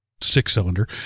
six-cylinder